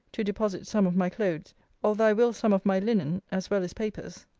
to deposit some of my clothes although i will some of my linen, as well as papers.